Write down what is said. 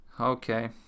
Okay